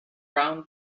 brown